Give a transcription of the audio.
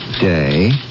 day